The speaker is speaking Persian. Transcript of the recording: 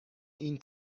این